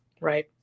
Right